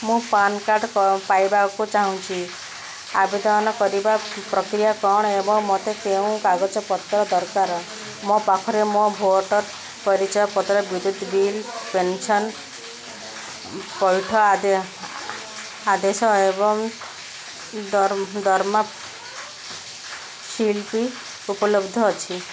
ମୁଁ PAN card ପାଇବାକୁ ଚାହୁଁଛି ଆବେଦନ କରିବାର ପ୍ରକ୍ରିୟା କ'ଣ ଏବଂ ମୋତେ କେଉଁ କାଗଜପତ୍ର ଦରକାର ମୋ ପାଖରେ ମୋର ଭୋଟର୍ ପରିଚୟ ପତ୍ର ବିଦ୍ୟୁତ ବିଲ୍ ପେନସନ୍ ପଇଠ ଆଦେଶ ଏବଂ ଦରମା ସ୍ଲିପ୍ ଉପଲବ୍ଧ ଅଛି